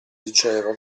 diceva